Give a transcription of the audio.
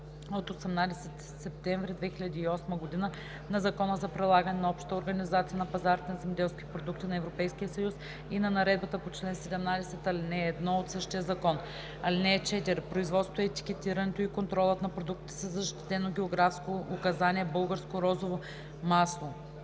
от 18 септември 2008 г.), на Закона за прилагане на Общата организация на пазарите на земеделски продукти на Европейския съюз и на наредбата по чл. 17, ал. 1 от същия закон. (4) Производството, етикетирането и контролът на продуктите със защитено географско указание „Българско розово масло“